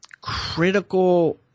critical